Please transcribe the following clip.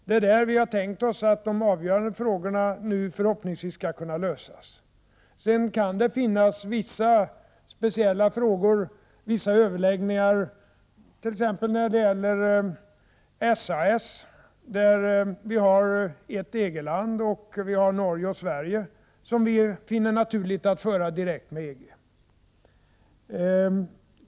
Det är där vi har tänkt oss att de avgörande frågorna nu förhoppningsvis skall kunna lösas. Sedan kan det finnas vissa speciella frågor, t.ex. när det gäller SAS, där ett EG-land är med, tillsammans med Norge och Sverige, och där vi finner det naturligt att tala direkt med EG.